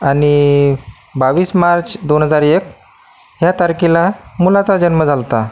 आणि बावीस मार्च दोन हजार एक ह्या तारखेला मुलाचा जन्म झाला होता